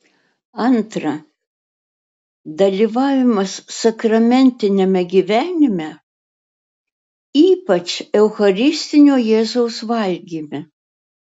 antra dalyvavimas sakramentiniame gyvenime ypač eucharistinio jėzaus valgyme